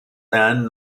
and